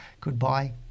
goodbye